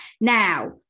now